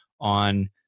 on